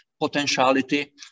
potentiality